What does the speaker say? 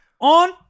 on